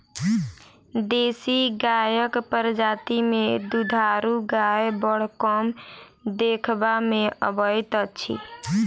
देशी गायक प्रजाति मे दूधारू गाय बड़ कम देखबा मे अबैत अछि